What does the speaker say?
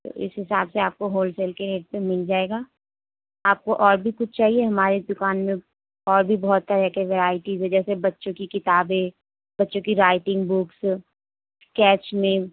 تو اس حساب سے آپ کو ہولسیل کے ریٹ پہ مل جائے گا آپ کو اور بھی کچھ چاہیے ہماری دکان میں اور بھی بہت طرح کے ورایٹی ہے جیسے بچوں کی کتابیں بچوں کی رائٹنگ بکس اسکیچ نیم